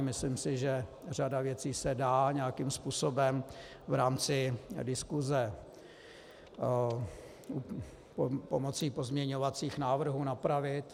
Myslím si, že řada věcí se dá nějakým způsobem v rámci diskuse pomocí pozměňovacích návrhů napravit.